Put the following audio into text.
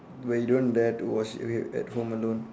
but you don't dare to watch it at home alone